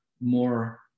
more